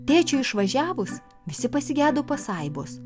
tėčiui išvažiavus visi pasigedo pasaibos